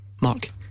Mark